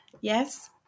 Yes